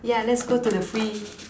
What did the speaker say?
yeah let's go to the free